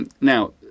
now